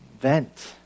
vent